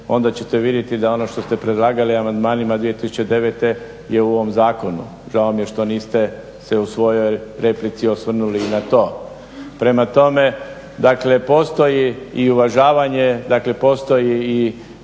onda ćete vidjeti da ono što ste predlagali amandmanima 2009.je u ovom zakonu. Žao mi je što se niste u svojoj replici osvrnuli i na to. Prema tome, postoji i uvažavanje dakle postoji i